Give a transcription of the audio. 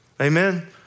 Amen